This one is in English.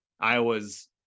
Iowa's